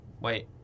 Wait